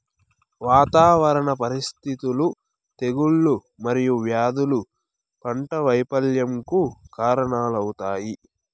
వాతావరణ పరిస్థితులు, తెగుళ్ళు మరియు వ్యాధులు పంట వైపల్యంకు కారణాలవుతాయి